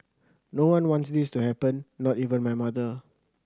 no one wants this to happen not even my mother